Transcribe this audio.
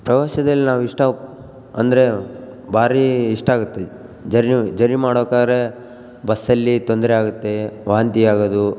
ಪ್ರವಾಸದಲ್ಲಿ ನಾವು ಇಷ್ಟ ಅಂದರೆ ಭಾರಿ ಇಷ್ಟಾಗುತ್ತೆ ಜರ್ನಿ ಜರ್ನಿ ಮಾಡೋಕಾರೆ ಬಸ್ಸಲ್ಲಿ ತೊಂದ್ರೆಯಾಗುತ್ತೆ ವಾಂತಿಯಾಗೋದು